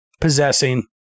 possessing